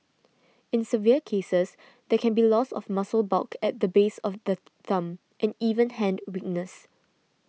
in severe cases there can be loss of muscle bulk at the base of the thumb and even hand weakness